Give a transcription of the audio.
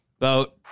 Vote